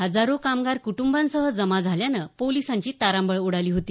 हजारो कामगार कुटुंबांसह जमा झाल्याने पोलिसांची तारांबळ उडाली होती